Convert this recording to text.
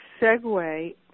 segue